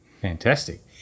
Fantastic